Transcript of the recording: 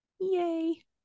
Yay